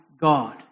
God